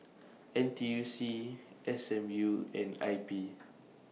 N T U C S M U and I P